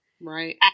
Right